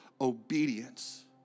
obedience